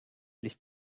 licht